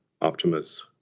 Optimus